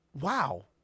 Wow